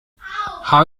how